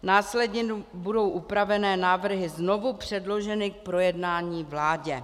Následně budou upravené návrhy znovu předloženy k projednání vládě.